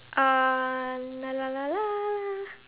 uh la la la la